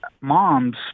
moms